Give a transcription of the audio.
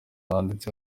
wanditse